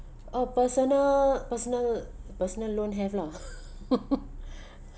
a personal personal personal loan have lah